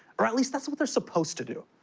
or at least, that's what they're supposed to do.